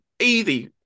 Easy